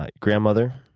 like grandmother.